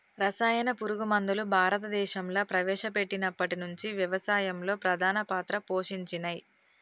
రసాయన పురుగు మందులు భారతదేశంలా ప్రవేశపెట్టినప్పటి నుంచి వ్యవసాయంలో ప్రధాన పాత్ర పోషించినయ్